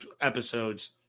episodes